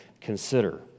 consider